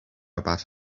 about